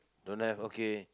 don't have okay